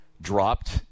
dropped